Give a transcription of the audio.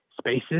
spaces